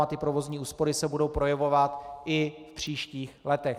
A ty provozní úspory se budou projevovat i v příštích letech.